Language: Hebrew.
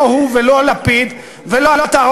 לא הוא ולא לפיד ולא אתה,